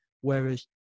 whereas